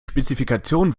spezifikation